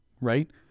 right